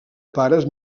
pares